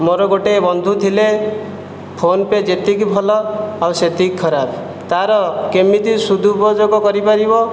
ମୋର ଗୋଟିଏ ବନ୍ଧୁ ଥିଲେ ଫୋନ୍ପେ ଯେତିକି ଭଲ ଆଉ ସେତିକି ଖରାପ ତା'ର କେମିତି ସଦୁପଯୋଗ କରିପାରିବ